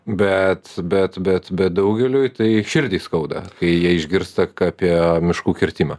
bet bet bet bet daugeliui tai širdį skauda kai jie išgirsta apie miškų kirtimą